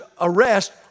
arrest